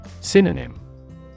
Synonym